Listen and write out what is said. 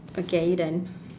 okay are you done